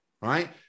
right